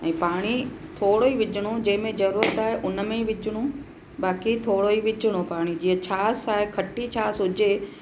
ऐं पाणी थोरो ई विझिणो जंहिंमें ज़रूरत आहे उन में ई विझिणूं बाक़ी थोरो ई विझिणो पाणी जीअं छास आहे खटी छास हुजे